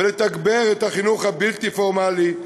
ולתגבר את החינוך הבלתי-פורמלי,